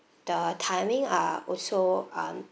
the timing are also um